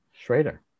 Schrader